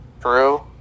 True